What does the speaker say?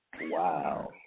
Wow